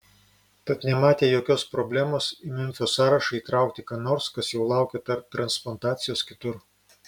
tad nematė jokios problemos į memfio sąrašą įtraukti ką nors kas jau laukė transplantacijos kitur